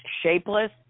shapeless